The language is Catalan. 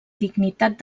dignitat